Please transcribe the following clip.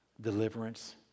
Deliverance